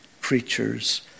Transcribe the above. creatures